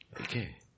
Okay